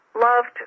loved